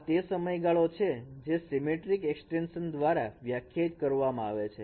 આ એ સમયગાળો છે જે સીમેટ્રિક એક્સ્ટેંશન દ્વારા વ્યાખ્યાયિત કરવામાં આવે છે